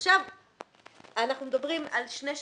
עכשיו אנחנו מדברים על שני שלבים: